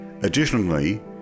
Additionally